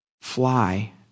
fly